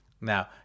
Now